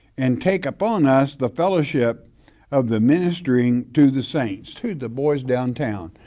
and take upon us the fellowship of the ministering to the saints. to the boys downtown.